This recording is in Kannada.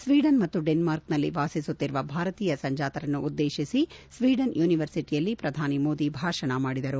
ಸ್ಪೀಡನ್ ಮತ್ತು ಡೆನ್ಕಾರ್ಕ್ನಲ್ಲಿ ವಾಸಿಸುತ್ತಿರುವ ಭಾರತೀಯ ಸಂಜಾತರನ್ನು ಉದ್ದೇಶಿಸಿ ಸ್ಪೀಡನ್ ಯುನಿವರ್ಸಿಟಿಯಲ್ಲಿ ಪ್ರಧಾನಿ ಮೋದಿ ಭಾಷಣ ಮಾಡಿದರು